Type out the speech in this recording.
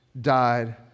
died